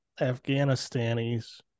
Afghanistanis